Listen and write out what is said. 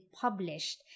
published